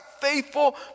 faithful